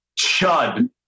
chud